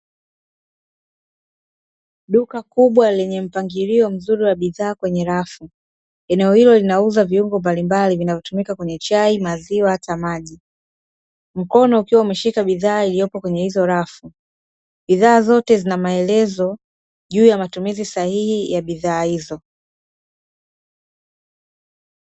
Duka kubwa lenye mpangilio mzuri wa bidhaa kwenye rafu, eneo hilo linauza viungo mbalimbali vinavyo tumika kwenye chai, maziwa hata maji. Mkono ukiwa umeshika bidhaa iliopo kwenye hizo rafu, bidhaa zote zina maelezo juu ya matumizi sahihi ya bidhaa hizo.